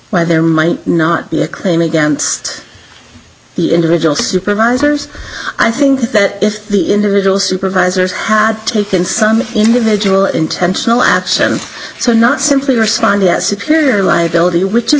where there might not be a claim against the individual supervisors i think that if the individual supervisors had taken some individual intentional action so not simply respond that superior liability which is